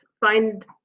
find